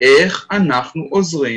איך אנחנו עוזרים